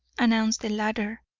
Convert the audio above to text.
announced the latter.